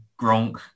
Gronk